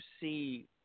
see